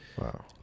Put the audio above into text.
wow